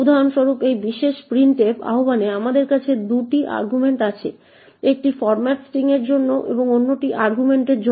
উদাহরণস্বরূপ এই বিশেষ printf আহ্বানে আমাদের কাছে 2টি আর্গুমেন্ট আছে একটি ফরম্যাট স্ট্রিং এর জন্য এবং অন্যটি আর্গুমেন্টের জন্য